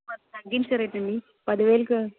తగ్గించే రేంటండి పదివేలుకు